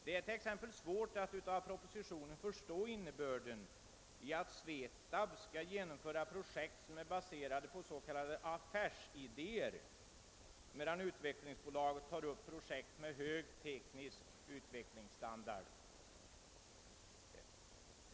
Det är t.ex. svårt att förstå innebörden av propositionens formulering, att SVE TAB skall genomföra projekt som är baserade på s.k. affärsidéer, medan Utvecklingsbolaget tar upp projekt med hög teknisk utvecklingsstandard.